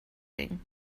coding